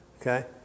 okay